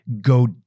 Go